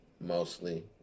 mostly